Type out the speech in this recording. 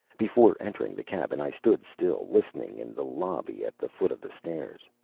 before entering the cabin i stood still, listening in the lobby at the foot of the stairs.